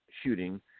shooting